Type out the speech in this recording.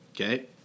Okay